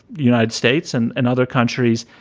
united states and and other countries.